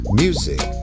music